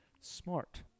Smart